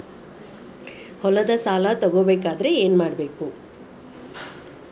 ಹೊಲದ ಸಾಲ ತಗೋಬೇಕಾದ್ರೆ ಏನ್ಮಾಡಬೇಕು?